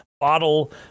bottle